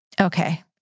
Okay